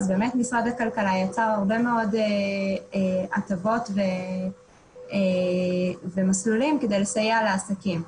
משרד הכלכלה יצר הרבה מאוד הטבות ומסלולים כדי לסייע לעסקים.